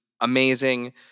amazing